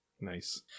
Nice